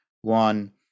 one